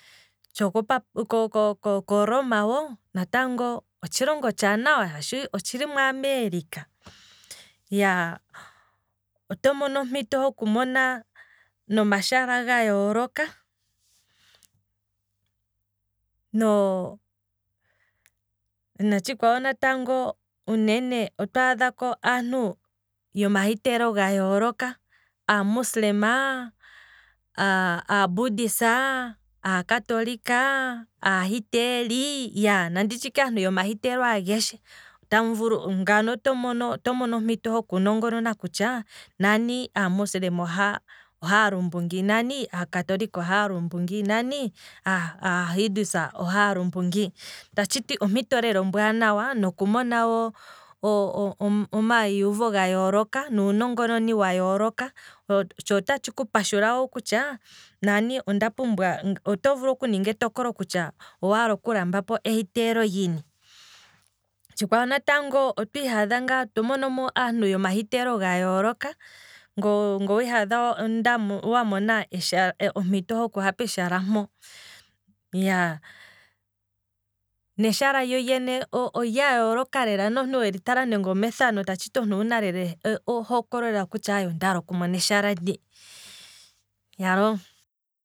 Tsho ko- ko koroma hoo, otshilongo otshaanawa tshili moeurope, iya, oto mono ompito hoku mona nomashala ga yooloka, no, natshikwawo natango otwaadhako aantu yoma hiteelo ga yooloka, a muslim, abudisa, akatoolika, ahiteeli, ya nanditye ike aantu yomahiteelo ike ageshe, ngano oto- oto mono ompito hoku nongonona kutya nani amusilema ohaya lumbu ngiini, nani aakatolika ohaa lumbu ngiini, nani ahidus oha lumbu ngiini, tatshiti ompito lela ombwaanawa noku mona omayi yuuvo ga yooloka nuunongononi wa yooloka, tsho ota tshi ku pashula wo kutya nani onda pumbwa oto vulu oku ninga etokolo kutya owaala oku lambapo ehiteelo lyini, otshikwawo natango otwii hadha to monomo aantu yoma hiteelo ga yooloka, nge owiihadha wa mona ompito hoku ha peshala mpo iyaa, neshala lyo lyene olya yooloka lela nande ngeno omethano weli tala, owuna lela ohokwe kutya ondaala oku mona eshala ndo, iyalo